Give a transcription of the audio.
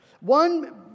One